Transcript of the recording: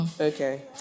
okay